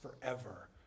forever